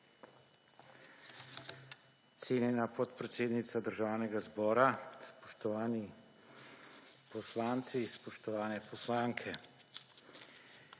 Cenjena podpredsednica, Državnega zbora. Spoštovani poslanci, spoštovane poslanke!